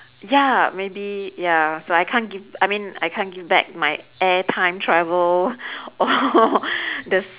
ya maybe ya so I can't giv~ I mean I can't give back my air time travel or the